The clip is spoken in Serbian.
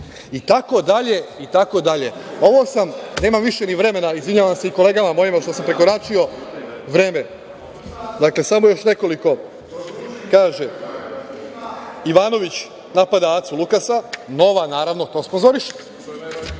objavu itd, itd. Ovo sam, nemam više ni vremena, izvinjavam se i kolegama mojim što sam prekoračio vreme. Dakle, samo još nekoliko…Kaže, Ivanović napada Acu Lukasa, „Nova“ naravno to